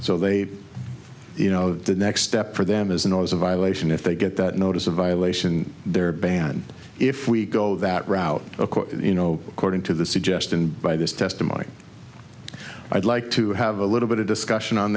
so they you know the next step for them isn't always a violation if they get that notice a violation they're banned if we go oh that route you know according to the suggestion by this testimony i'd like to have a little bit of discussion on